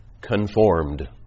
conformed